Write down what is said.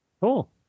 Cool